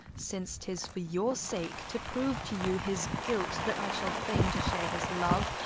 since tis for your sake, to prove to you his guilt, that i shall feign to share his love,